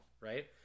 right